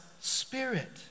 spirit